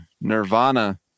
Nirvana